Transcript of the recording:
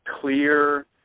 clear